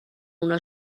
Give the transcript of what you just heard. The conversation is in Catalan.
una